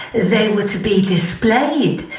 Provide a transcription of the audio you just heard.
they were to be displayed,